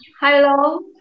Hello